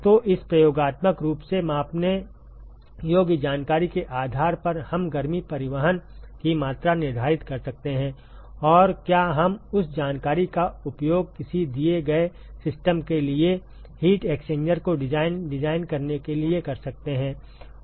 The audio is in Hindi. तो इस प्रयोगात्मक रूप से मापने योग्य जानकारी के आधार पर हम गर्मी परिवहन की मात्रा निर्धारित कर सकते हैं और क्या हम उस जानकारी का उपयोग किसी दिए गए सिस्टम के लिए हीट एक्सचेंजर को डिजाइन डिजाइन करने के लिए कर सकते हैं